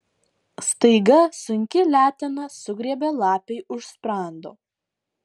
staiga sunki letena sugriebė lapei už sprando